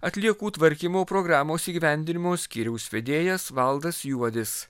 atliekų tvarkymo programos įgyvendinimo skyriaus vedėjas valdas juodis